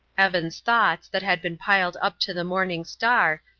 evan's thoughts, that had been piled up to the morning star,